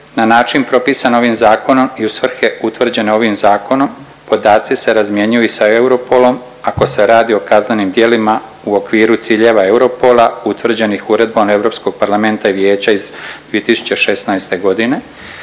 na način propisan ovim zakonom i u svrhe utvrđene ovim zakonom podaci se razmjenjuju i sa Europolom ako se radi o kaznenim djelima u okviru ciljeva Europola utvrđenih Uredbom Europskog parlamenta i Vijeća iz 2016.g.,